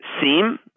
seem